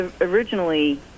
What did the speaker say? originally